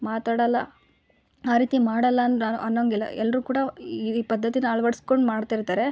ಮಾತಾಡಲ್ಲ ಆ ರೀತಿ ಮಾಡಲ್ಲ ಅನ್ರ್ ಅನ್ನೊಂಗಿಲ್ಲ ಎಲ್ಲರು ಕೂಡ ಈ ಪದ್ಧತಿನ ಅಳವಡಿಸ್ಕೊಂಡು ಮಾಡ್ತಿರ್ತಾರೆ